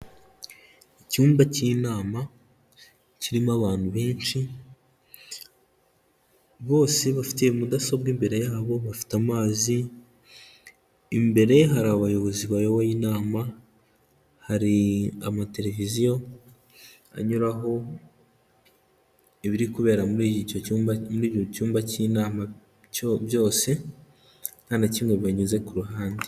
icyumba cy'inama kirimo abantu benshi bose bafite mudasobwa imbere yabo bafite amazi imbere hari abayobozi bayoboye inama hari amateleviziyo anyuraho ibiri kubera muri icyo cyumba muri icyo cyumba cy'inama cyo byose nta na kimwe banyuze ku ruhande.